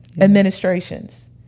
administrations